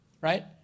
Right